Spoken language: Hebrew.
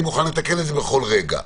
אני מוכן לתקן את זה בכל רגע.